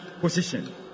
position